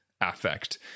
affect